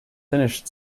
finished